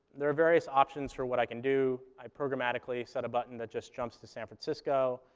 there are various options for what i can do. i programmatically set a button that just jumps to san francisco.